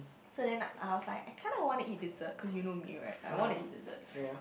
so then I was like I kinda want to eat dessert cause you know me right I want to eat dessert